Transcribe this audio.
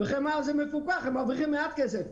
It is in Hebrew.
חמאה זה מפוקח, הם מרוויחים מעט כסף.